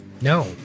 No